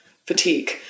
fatigue